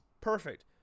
perfect